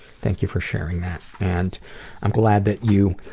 thank you for sharing that. and i'm glad that you,